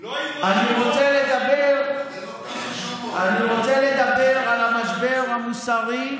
אני רוצה לדבר על המשבר המוסרי.